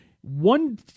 one